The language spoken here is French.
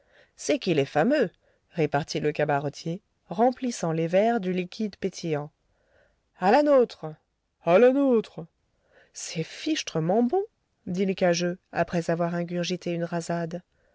c'est qu'il est fameux répartit le cabaretier remplissant les verres du liquide pétillant a la nôtre a la nôtre c'est fichtrement bon dit l'cageux après avoir ingurgité une rasade